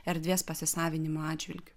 erdvės pasisavinimo atžvilgiu